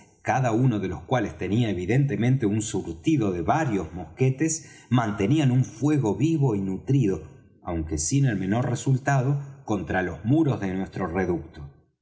cada uno de los cuales tenía evidentemente un surtido de varios mosquetes mantenían un fuego vivo y nutrido aunque sin el menor resultado contra los muros de nuestro reducto